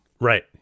Right